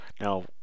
Now